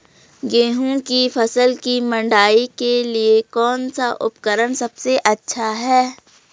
गेहूँ की फसल की मड़ाई के लिए कौन सा उपकरण सबसे अच्छा है?